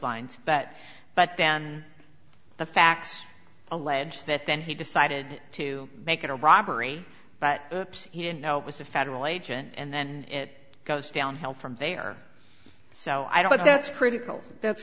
lines but but then the facts allege that then he decided to make it a robbery but he didn't know it was a federal agent and then it goes downhill from there so i don't that's critical that's